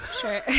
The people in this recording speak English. Sure